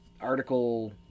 article